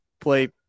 play